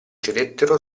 cedettero